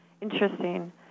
Interesting